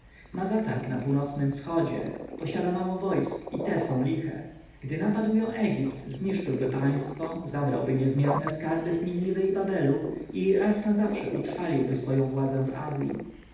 ma zatarg na północnym wschodzie posiada mało wojsk i te są liche gdyby napadł ją egipt zniszczyłby państwo zabrałby niezmierne skarby z niniwy i babelu i raz na zawsze utrwaliłby swoją władzę w azji